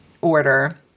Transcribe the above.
order